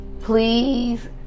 please